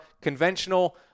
conventional